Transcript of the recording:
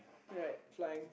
right flying